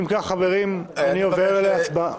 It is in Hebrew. אם כך, חברים, אני עובר להצבעה.